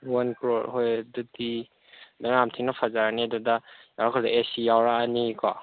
one crore ꯍꯣꯏ ꯑꯗꯨꯗꯤ ꯑꯗ ꯌꯥꯝ ꯊꯤꯅ ꯐꯖꯔꯅꯤ ꯑꯗꯨꯗ ꯌꯥꯎꯔꯛꯀꯗꯣꯏꯁꯦ ꯑꯦ ꯁꯤ ꯑꯅꯤ ꯌꯥꯎꯔꯛꯑꯅꯤꯀꯣ